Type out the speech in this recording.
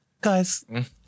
Guys